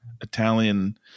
Italian